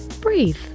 Breathe